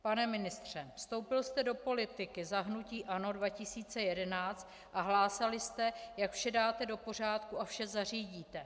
Pane ministře, vstoupil jste do politiky za hnutí ANO 2011 a hlásali jste, jak vše dáte do pořádku a vše zařídíte.